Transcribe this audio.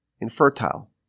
infertile